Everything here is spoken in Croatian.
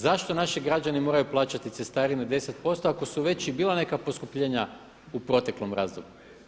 Zašto naši građani moraju plaćati cestarinu 10% ako su već i bila neka poskupljenja u proteklom razdoblju?